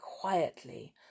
quietly